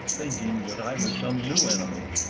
thinking that i was some new enemy,